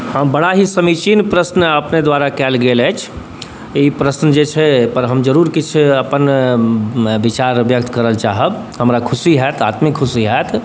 बड़ा ही समीचीन प्रश्न अपने दुआरा कएल गेल अछि ई प्रश्न जे छै एहि पर हम जरूर किछु अपन विचार व्यक्त करै लै चाहब हमरा खुशी हैत आत्मिक खुशी हैत